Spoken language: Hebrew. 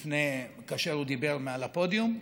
כאשר דיבר מעל הפודיום,